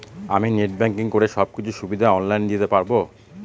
আমি net banking করে সব কিছু সুবিধা অন লাইন দিতে পারবো?